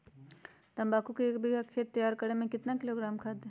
तम्बाकू के एक बीघा खेत तैयार करें मे कितना किलोग्राम खाद दे?